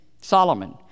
Solomon